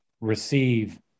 receive